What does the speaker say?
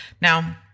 Now